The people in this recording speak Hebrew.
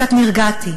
קצת נרגעתי,